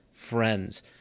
friends